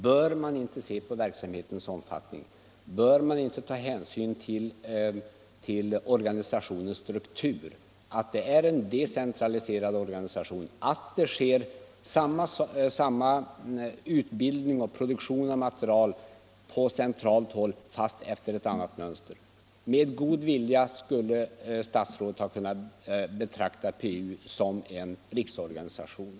Bör man inte se till verksamhetens omfattning? Bör man inte ta hänsyn till organisationens struktur: till att det är en decentraliserad organisation och till att det sker samma utbildning och produktion av material på Nr 49 centralt håll fastän efter ett annat mönster? Med god vilja skulle statsrådet Torsdagen den ha kunnat betrakta PU som en riksorganisation.